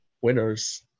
winners